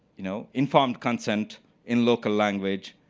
you know, informed consents in local language,